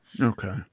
okay